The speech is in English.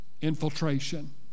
infiltration